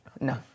No